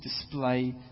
display